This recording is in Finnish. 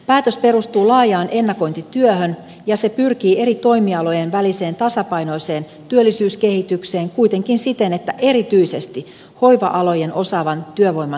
päätös perustuu laajaan ennakointityöhön ja se pyrkii eri toimialojen väliseen tasapainoiseen työllisyyskehitykseen kuitenkin siten että erityisesti hoiva alojen osaavan työvoiman saatavuus turvataan